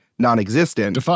non-existent